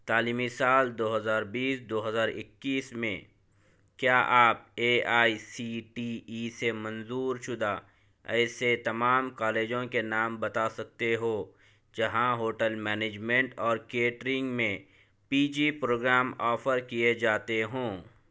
تعلیمی سال دوہزار بیس دوہزار اکیس میں کیا آپ A I C T E سے منظور شدہ ایسے تمام کالجوں کے نام بتا سکتے ہو جہاں ہوٹل مینجمنٹ اور کیٹرنگ میں پی جی پروگرام آفر کیے جاتے ہوں